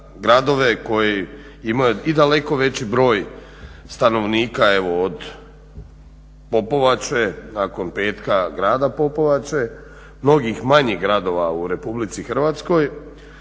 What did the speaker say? gradove koji imaju i daleko veći broj stanovnika evo od Popovače, nakon petka grada Popovače, mnogih manjih gradova u Republici Hrvatskoj